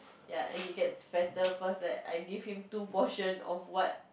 ya and he gets fatter cause like I give him two portion of what